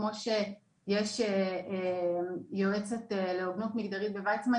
כמו שיש יועצת להוגנות מגדרית במכון ויצמן,